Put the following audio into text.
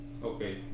Okay